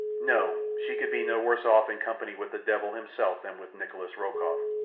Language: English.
no, she could be no worse off in company with the devil himself than with nikolas rokoff,